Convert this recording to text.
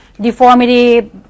deformity